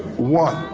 one.